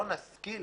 לא נשכיל